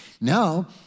Now